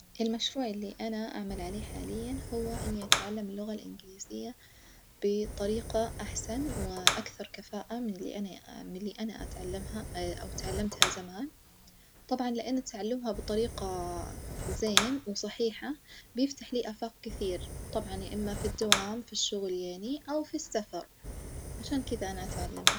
المشروع اللي أنا أعمل عليه حاليًا هو إني أتعلم اللغة الإنجليزية بطريقة أحسن وأكثر كفاءة من اللي أني من اللي أنا أتعلمها أو تعلمتها زمان، طبعًا لأن تعلمها بطريقة زين وصحيحة بيفتح لي آفاق كثير، طبعًا يا أما في الدوام في الشغل يعني أو في السفر، عشان كدة أنا أتعلمها.